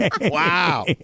Wow